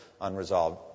unresolved